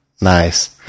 Nice